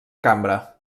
cambra